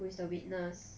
who is the witness